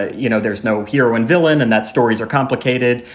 ah you know, there's no hero and villain and that stories are complicated.